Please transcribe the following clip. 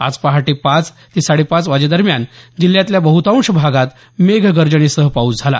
आज पहाटे पाच ते साडेपाच वाजेदरम्यान जिल्ह्यातल्या बहुतांश भागात मेघ गर्जनेसह पाऊस झाला